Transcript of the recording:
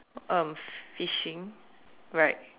um fishing right